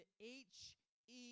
H-E